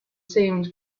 seemed